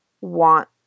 want